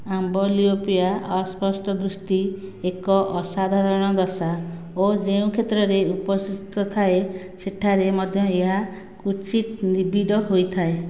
amblyopia ଅସ୍ପଷ୍ଟ ଦୃଷ୍ଟି ଏକ ଅସାଧାରଣ ଦଶା ଓ ଯେଉଁ କ୍ଷେତ୍ରରେ ଉପସ୍ଥିତ ଥାଏ ସେଠାରେ ମଧ୍ୟ ଏହା କ୍ୱଚିତ୍ ନିବିଡ ହୋଇଥାଏ